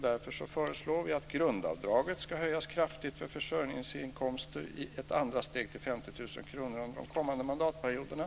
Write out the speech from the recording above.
Därför föreslår vi att grundavdraget ska höjas kraftigt för försörjningsinkomster, i ett andra steg till 50 000 kr, under de kommande mandatperioderna.